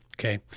Okay